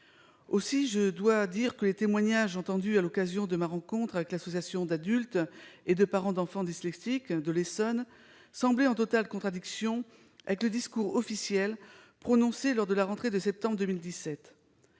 je dois dire que les témoignages entendus à l'occasion de ma rencontre avec l'Association d'adultes et de parents d'enfants dyslexiques de l'Essonne semblaient en totale contradiction avec le discours officiel prononcé lors de la rentrée de septembre